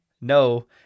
no